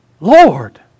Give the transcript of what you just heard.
Lord